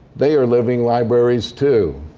they are living libraries too.